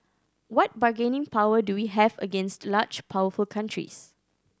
what bargaining power do we have against large powerful countries